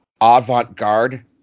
avant-garde